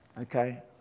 Okay